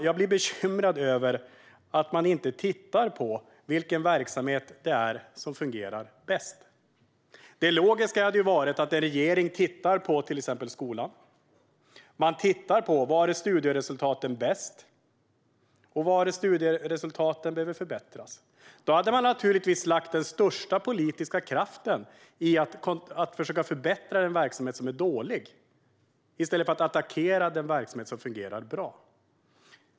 Jag blir bekymrad över att man inte tittar på vilken verksamhet som fungerar bäst. Det logiska hade varit att en regering tittar på till exempel skolan. Man tittar på var studieresultaten är bäst och var studieresultaten behöver förbättras. Då hade man naturligtvis lagt den största politiska kraften på att försöka förbättra en verksamhet som är dålig i stället för att attackera den verksamhet som fungerar bra.